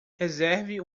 reserve